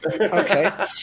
okay